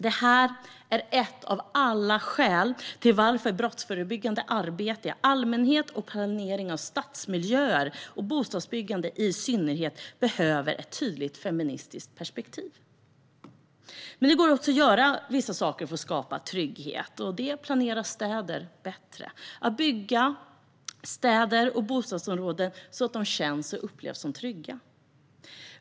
Detta är ett av alla skäl till att det brottsförebyggande arbetet i allmänhet och planeringen av stadsmiljöer och bostadsbyggande i synnerhet behöver ett tydligt feministiskt perspektiv. Men det går att göra vissa saker för att skapa trygghet, till exempel att planera städer bättre. Man kan bygga städer och bostadsområden så att de känns och upplevs som trygga.